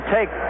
take